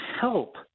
help